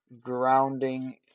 grounding